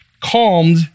calmed